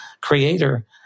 creator